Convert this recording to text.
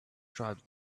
tribes